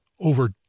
over